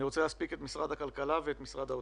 אני רוצה להספיק את משרד הכלכלה ואת משרד האוצר.